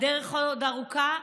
הדרך עוד ארוכה,